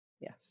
Yes